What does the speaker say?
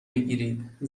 بگیرید